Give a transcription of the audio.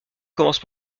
commence